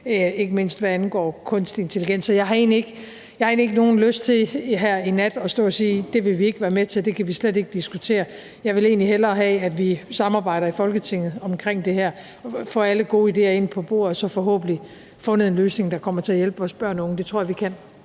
ikke mindst hvad angår kunstig intelligens, og jeg har egentlig ikke nogen lyst til her i nat at stå og sige, at det vil vi ikke være med til, og at det kan vi slet ikke diskutere. Jeg vil egentlig hellere have, at vi i Folketinget samarbejder omkring det her, og at vi får alle gode idéer ind på bordet, og at vi så forhåbentlig får fundet en løsning, der kommer til at hjælpe vores børn og unge. Det tror jeg vi kan.